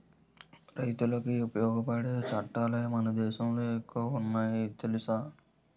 రైతులకి ఉపయోగపడే సట్టాలే మన దేశంలో ఎక్కువ ఉన్నాయి తెలుసా